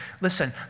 listen